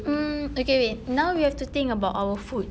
mm okay wait now we have to think about our food